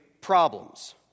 problems